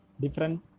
Different